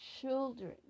children